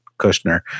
Kushner